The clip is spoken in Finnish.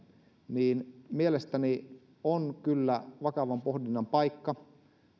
niin mielestäni on kyllä vakavan pohdinnan paikka